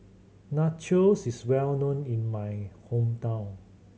nachos is well known in my hometown